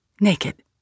naked